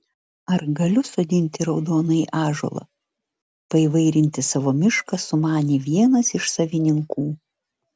ar galiu sodinti raudonąjį ąžuolą paįvairinti savo mišką sumanė vienas iš savininkų